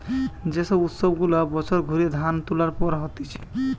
যে সব উৎসব গুলা বছর ঘুরিয়ে ধান তুলার পর হতিছে